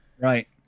Right